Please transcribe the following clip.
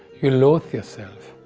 you loathe yourself.